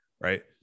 right